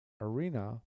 arena